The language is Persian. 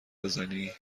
بزنی